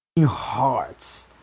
hearts